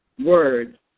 word